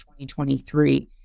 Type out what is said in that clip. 2023